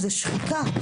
הגעתי לשחיקה.